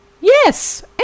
Yes